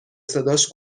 صداش